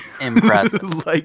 impressive